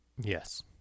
Yes